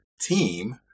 team